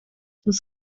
was